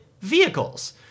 vehicles